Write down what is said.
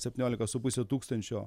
septyniolika su puse tūkstančio